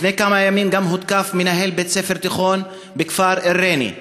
לפני כמה ימים גם הותקף מנהל בית-ספר תיכון בכפר א-ריינה,